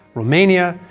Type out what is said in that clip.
romania,